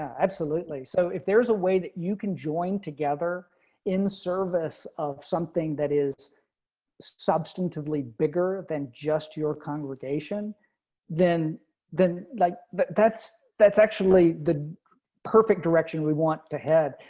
absolutely. so if there's a way that you can join together in service of something that is substantively bigger than just your congregation then then like that that's that's actually the perfect direction we want to head.